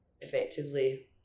effectively